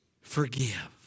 forgive